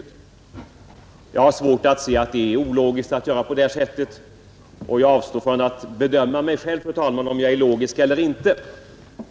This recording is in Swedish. Jag har svårt att se att det är ologiskt att göra på det sättet. Jag avstår, fru talman, från att själv bedöma om jag är logisk eller inte.